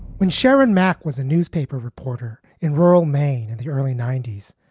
when sharon mack was a newspaper reporter in rural maine in the early ninety s,